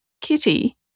Kitty